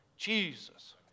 Jesus